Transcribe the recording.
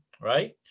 right